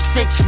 Six